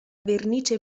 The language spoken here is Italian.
vernice